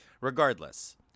Regardless